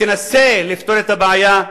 תנסה לפתור את הבעיה.